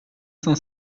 cent